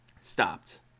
Stopped